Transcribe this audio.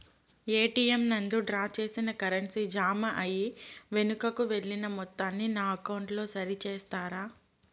ATM నందు draw చేసిన currency జామ అయి వెనుకకు వెళ్లిన మొత్తాన్ని నా అకౌంట్ లో సరి చేస్తారా?